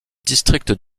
district